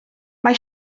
mae